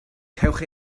cewch